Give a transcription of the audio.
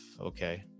okay